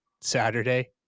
Saturday